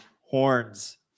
horns